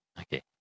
okay